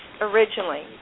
originally